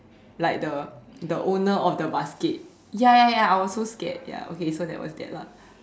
like the the owner of the basket ya ya ya I was so scared ya okay so that was that lah